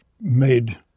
made